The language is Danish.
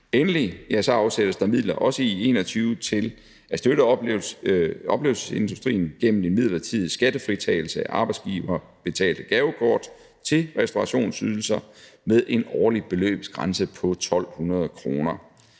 Endelig afsættes der også midler i 2021 til at støtte oplevelsesindustrien gennem en midlertidig skattefritagelse af arbejdsgiverbetalte gavekort til restaurationsydelser med en årlig beløbsgrænse på 1.200 kr.